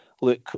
look